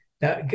now